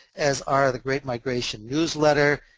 as are the great migration newsletter,